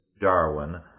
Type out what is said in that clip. Darwin